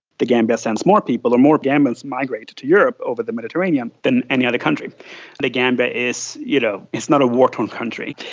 the gambia sends more people, or more gambians migrate to to europe over the mediterranean than any other country, and the gambia is you know is not a war-torn country.